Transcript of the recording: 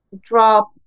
drop